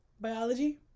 biology